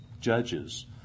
Judges